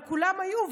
אבל כולם היו.